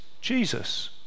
Jesus